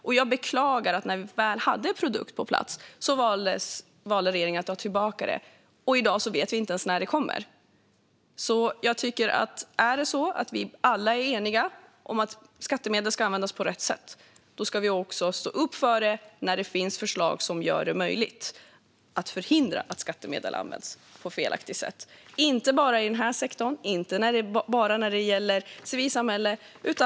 Jag beklagar att regeringen, när vi väl hade en produkt på plats, valde att dra tillbaka den - och i dag vet vi inte ens när något kommer. Om vi alla är eniga om att skattemedel ska användas på rätt sätt tycker jag att vi också ska stå upp för detta när det finns förslag som gör det möjligt att förhindra att skattemedel används på ett felaktigt sätt, inte bara i den här sektorn och när det gäller civilsamhället.